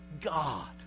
God